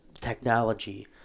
technology